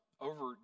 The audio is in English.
Over